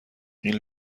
این